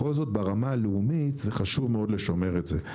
בכל זאת, ברמה הלאומית חשוב מאוד לשמר את זה.